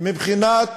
מבחינת